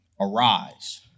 Arise